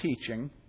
teaching